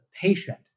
patient